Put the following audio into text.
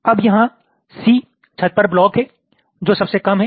अब यहां C छत पर ब्लॉक है जो सबसे कम है